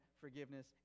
forgiveness